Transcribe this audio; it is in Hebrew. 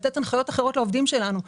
לתת הנחיות אחרות לעובדים שלנו.